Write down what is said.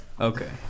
Okay